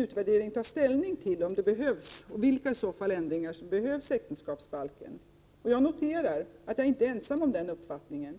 utvärdering ta ställning till om det behövs, och i så fall vilka, ändringar i äktenskapsbalken. Jag noterar att jag inte är ensam om den uppfattningen.